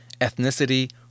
ethnicity